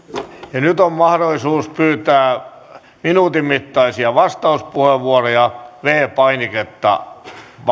nyt on mahdollisuus pyytää minuutin mittaisia vastauspuheenvuoroja viides painiketta